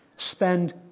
Spend